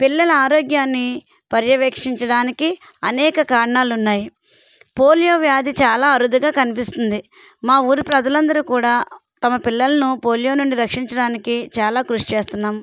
పిల్లల ఆరోగ్యాన్ని పర్యవేక్షించడానికి అనేక కారణాలు ఉన్నాయి పోలియో వ్యాధి చాలా అరుదుగా కనిపిస్తుంది మా ఊరి ప్రజలందరూ కూడా తమ పిల్లలను పోలియో నుండి రక్షించడానికి చాలా కృషి చేస్తున్నాం